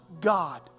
God